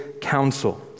counsel